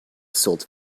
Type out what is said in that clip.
sold